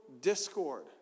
discord